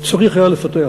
צריך היה לפתח.